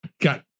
Got